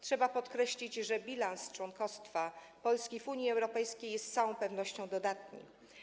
Trzeba podkreślić, że bilans członkostwa Polski w Unii Europejskiej jest z całą pewnością dodatni.